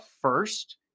first